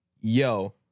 yo